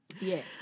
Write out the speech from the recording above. yes